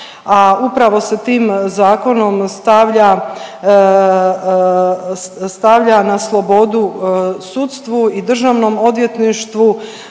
a upravo se tim zakonom stavlja na slobodu sudstvu i Državnom odvjetništvu